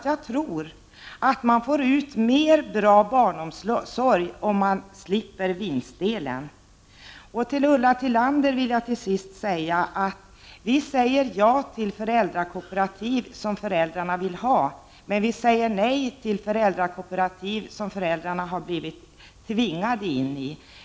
Jag tror att man får mer bra barnomsorg om man slipper vinstdelen: Till Ulla Tillander vill jag till sist säga att vi säger ja till föräldrakooperativ som föräldrarna vill ha, men vi säger nej till föräldrakooperativ som föräldrarna har blivit tvingade ini.